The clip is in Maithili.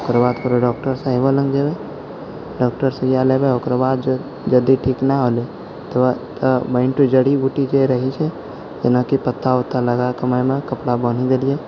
ओकर बाद फेरो डॉक्टर साहब लग जेबै डॉक्टरसँ सुइआ लेबै ओकर बाद यदि ठीक नहि होलै तऽ ओहिठाम जड़ि बूटी जे रहै छै जेनाकि पत्ता वत्ता लगाके हमे ओहिमे हम कपड़ा बान्हि देलिए